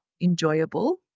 enjoyable